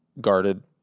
guarded